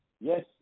Yes